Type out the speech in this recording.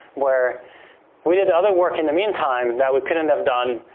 where we did other work in the meantime that we couldn't have done,